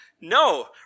No